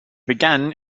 began